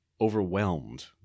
overwhelmed